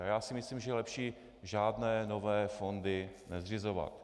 Já si myslím, že je lepší žádné nové fondy nezřizovat.